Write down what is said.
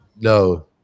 no